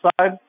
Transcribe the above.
side